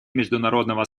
международного